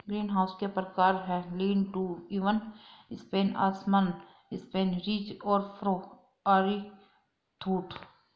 greenhouse के प्रकार है, लीन टू, इवन स्पेन, असमान स्पेन, रिज और फरो, आरीटूथ